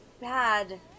bad